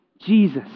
Jesus